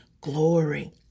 glory